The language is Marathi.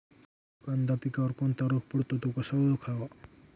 कांदा पिकावर कोणता रोग पडतो? तो कसा ओळखावा?